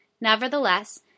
Nevertheless